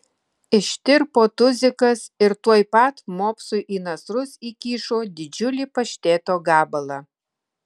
ištirpo tuzikas ir tuoj pat mopsui į nasrus įkišo didžiulį pašteto gabalą